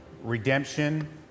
Redemption